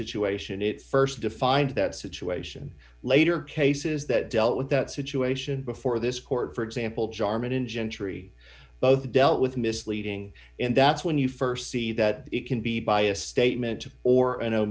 situation it's st defined that situation later cases that dealt with that situation before this court for example jarman in gentry both dealt with misleading and that's when you st see that it can be by a statement or an